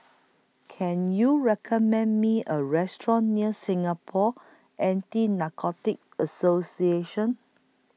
Can YOU recommend Me A Restaurant near Singapore Anti Narcotics Association